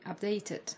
updated